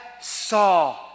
saw